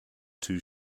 too